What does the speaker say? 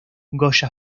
goya